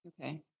Okay